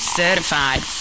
certified